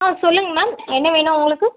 ஆ சொல்லுங்கள் மேம் என்ன வேணும் உங்களுக்கு